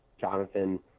Jonathan